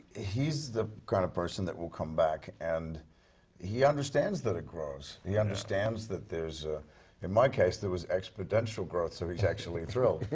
ah he's the kind of person that will come back and he understands that it grows. he understands that there's in my case there was exponential growth, so he's actually thrilled.